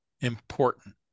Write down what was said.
important